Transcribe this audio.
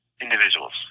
individuals